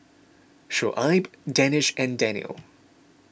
Shoaib Danish and Daniel